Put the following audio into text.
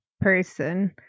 person